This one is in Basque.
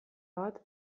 bat